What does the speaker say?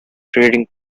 trading